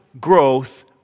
growth